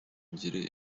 ngire